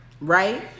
Right